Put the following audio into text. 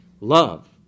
love